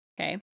okay